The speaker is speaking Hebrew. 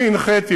אני הנחיתי,